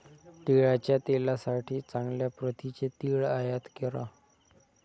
तिळाच्या तेलासाठी चांगल्या प्रतीचे तीळ आयात करा